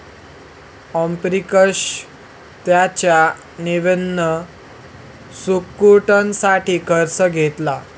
ओमप्रकाश त्याच्या नवीन स्कूटरसाठी कर्ज घेतात